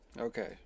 Okay